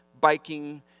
biking